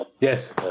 Yes